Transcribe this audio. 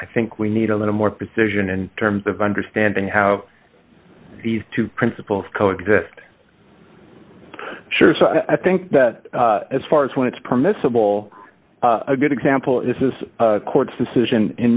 i think we need a little more precision in terms of understanding how these two principles coexist sure so i think that as far as when it's permissible a good example is this court's decision in